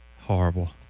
Horrible